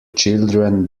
children